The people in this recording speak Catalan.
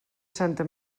santa